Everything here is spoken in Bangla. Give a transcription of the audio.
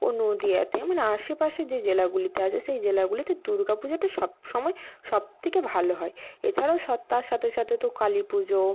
ও নদীয়াতে মানে আশেপাশে যে জেলাগুলিতে আছে সেই জেলাগুলিতে দুর্গা পুজোটা সব সময় সব থেকে ভালো হয় এছাড়াও তার সাথে সাথে তো কালী পুজো